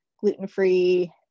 gluten-free